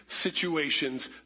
situations